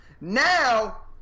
Now